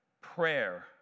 prayer